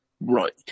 Right